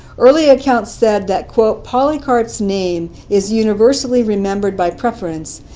early accounts said that polycarp's name is universally remembered by preference,